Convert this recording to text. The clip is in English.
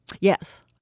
Yes